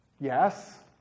Yes